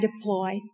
deploy